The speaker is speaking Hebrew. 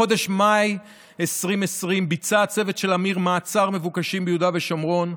בחודש מאי 2020 ביצע הצוות של עמית מעצר מבוקשים ביהודה ושומרון,